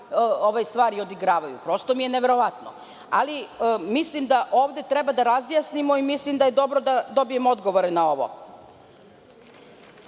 ove stvari odigravaju. Prosto mi je neverovatno. Ali, mislim da ovde treba da razjasnimo i mislim da je dobro da dobijem odgovore na ovo. Da